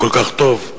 אם כל כך טוב,